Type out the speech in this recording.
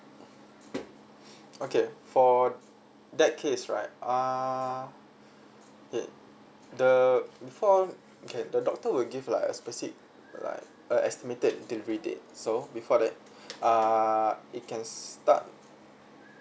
okay for that case right uh it the before okay the doctor will give like a specific like uh estimated delivery date so before that uh it can start